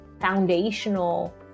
foundational